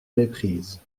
méprise